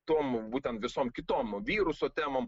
tomų būtent visom kitom viruso temom